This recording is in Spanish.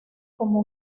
como